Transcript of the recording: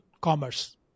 commerce